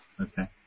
Okay